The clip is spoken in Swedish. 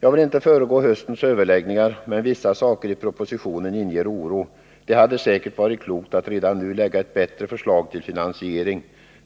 Jag vill inte föregripa höstens överläggningar, men vissa saker i propositionerna inger oro. Det hade säkerligen varit klokt att redan nu lägga fram ett bättre förslag till finansiering.